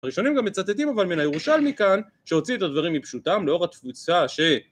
הראשונים גם מצטטים אבל מן הירושלמי כאן, שהוציא את הדברים מפשוטם לאור התפוצה ש...